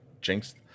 jinxed